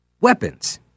weapons